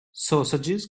sausages